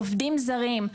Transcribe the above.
עובדים זרים,